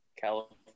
california